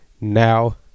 now